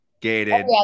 gated